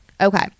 Okay